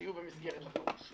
אבל שיהיו במסגרת תחרות.